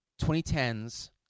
2010s